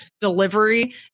delivery